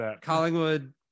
Collingwood